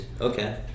Okay